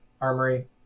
Armory